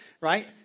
right